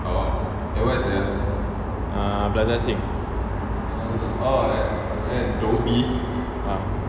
plaza sing